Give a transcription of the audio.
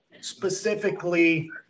specifically –